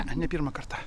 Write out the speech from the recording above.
ne ne pirmą kartą